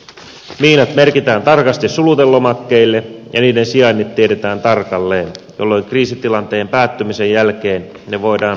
miinat merkitään tarkasti sulutelomakkeille ja niiden sijainnit tiedetään tarkalleen jolloin kriisitilanteen päättymisen jälkeen ne voidaan raivata turvallisesti